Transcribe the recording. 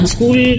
School